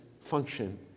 function